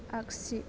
आगसि